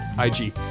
IG